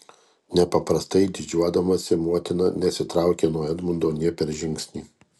nepaprastai didžiuodamasi motina nesitraukė nuo edmundo nė per žingsnį